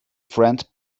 friend